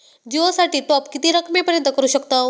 जिओ साठी टॉप किती रकमेपर्यंत करू शकतव?